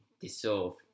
dissolve